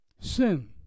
sin